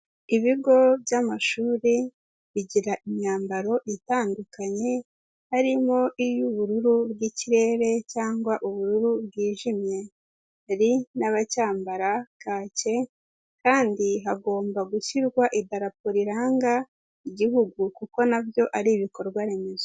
Ibigo by'amashuri bigira imyambaro itandukanye, harimo iy'ubururu bw'ikirere cyangwa ubururu bwijimye, hari n'abacyambara kake kandi hagomba gushyirwa idarapo riranga igihugu kuko nabyo ari ibikorwaremezo.